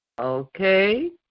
Okay